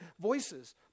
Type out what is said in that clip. voices